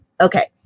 okay